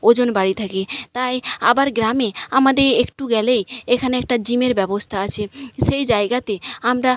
ওজন বাড়িয়ে থাকি তাই আবার গ্রামে আমাদে একটু গেলেই এখানে একটা জিমের ব্যবস্থা আছে সেই জায়গাতে আমরা